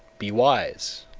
be wise!